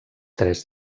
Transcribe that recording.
tres